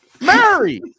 Mary